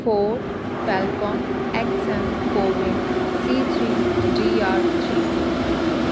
fort falcon X M coven C three G R three